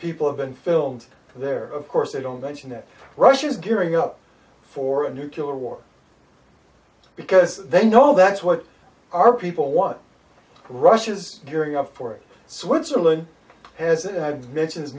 people have been filmed there of course they don't mention that russia is gearing up for a new killer war because they know that's what our people want russia is gearing up for it switzerland hasn't had mention